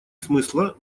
смысла